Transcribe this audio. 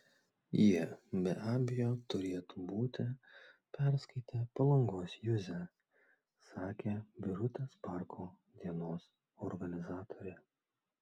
jie be abejo turėtų būti perskaitę palangos juzę sakė birutės parko dienos organizatorė